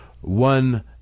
one